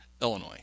Illinois